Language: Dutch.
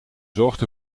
zorgt